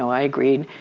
i agreed.